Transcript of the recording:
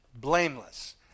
blameless